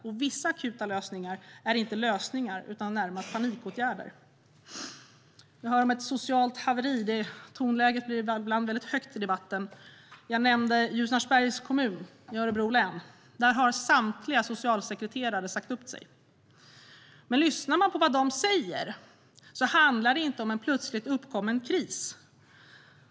Och vissa akuta lösningar är inte lösningar utan närmast panikåtgärder. Jag hör om ett socialt haveri. Tonläget i debatten blir ibland väldigt högt. Jag nämnde Ljusnarsbergs kommun i Örebro län. Där har samtliga socialsekreterare sagt upp sig. Men lyssnar man på vad de säger handlar det inte om en plötsligt uppkommen kris.